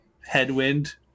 headwind